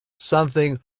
something